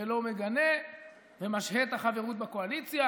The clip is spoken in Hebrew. ולא מגנה ומשהה את החברות בקואליציה,